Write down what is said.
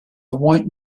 want